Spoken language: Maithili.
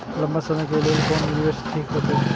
लंबा समय के लेल कोन निवेश ठीक होते?